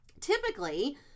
Typically